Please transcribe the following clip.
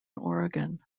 oregon